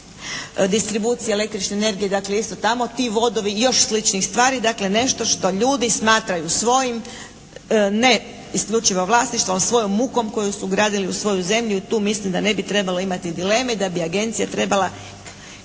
distribuciji električne energije, dakle isto tamo ti vodovi i još sličnih stvari, dakle nešto što ljudi smatraju svojim ne isključivo vlasništvom, svojom mukom kojom su gradili u svojoj zemlji, tu mislim da ne bi trebalo imati dileme i da bi agencija trebala